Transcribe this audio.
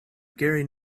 gary